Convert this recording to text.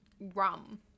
rum